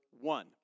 one